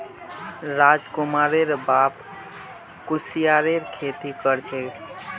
राजकुमारेर बाप कुस्यारेर खेती कर छे